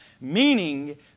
Meaning